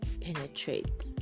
penetrate